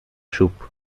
šup